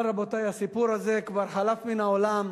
אבל, רבותי, הסיפור הזה כבר חלף מהעולם.